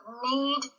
need